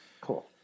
Cool